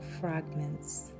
fragments